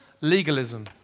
Legalism